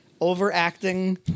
overacting